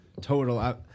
total